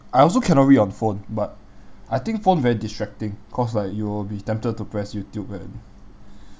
I also cannot read on phone but I think phone very distracting cause like you will be tempted to press youtube and